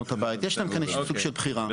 כלומר, יש כאן איזשהו סוג של בחירה.